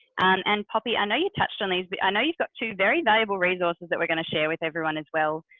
and poppy, i know you touched on these, i know you've got two very valuable resources that we're going to share with everyone as well.